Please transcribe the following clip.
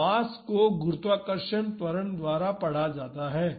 तो मास को गुरुत्वाकर्षण त्वरण द्वारा पढ़ा जाता है